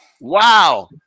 Wow